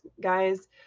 guys